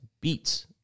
beats